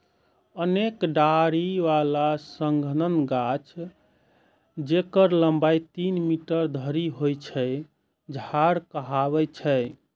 अनेक डारि बला सघन गाछ, जेकर लंबाइ तीन मीटर धरि होइ छै, झाड़ कहाबै छै